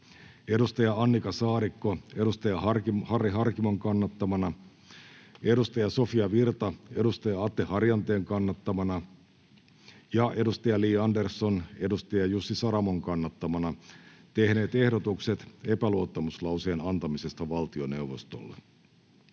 Annika Saarikko Harry Harkimon kannattamana, Sofia Virta Atte Harjanteen kannattamana ja Li Andersson Jussi Saramon kannattamana tehneet ehdotukset epäluottamuslauseen antamisesta valtioneuvostolle.